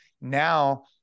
now